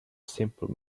simple